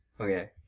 okay